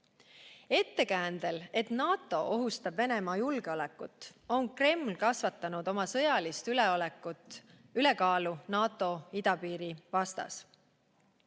Ettekäändel, et NATO ohustab Venemaa julgeolekut, on Kreml kasvatanud oma sõjalist ülekaalu NATO idapiiri vastas.